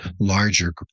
larger